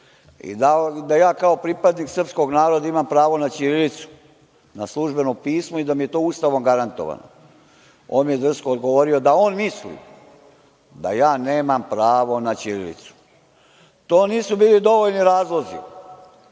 i da ja kao pripadnik srpskog naroda imam pravo na ćirilicu na službeno pismo i da mi je to Ustavom garantovano, on mi je drsko odgovorio da on misli da ja nemam pravo na ćirilicu. To nisu bili dovoljni razlozi